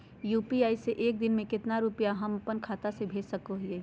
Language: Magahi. यू.पी.आई से एक दिन में कितना रुपैया हम अपन खाता से भेज सको हियय?